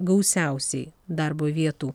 gausiausiai darbo vietų